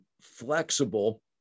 flexible